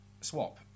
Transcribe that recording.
swap